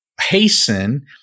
Hasten